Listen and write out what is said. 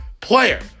player